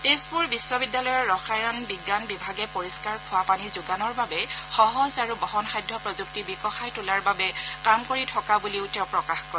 তেজপুৰ বিশ্ববিদ্যালয়ৰ ৰসায়ন বিজ্ঞান বিভাগে পৰিষ্কাৰ খোৱাপানী যোগানৰ বাবে সহজ আৰু বহনসাধ্য প্ৰযুক্তি বিকশাই তোলাৰ বাবে কাম কৰি থকা বুলিও তেওঁ প্ৰকাশ কৰে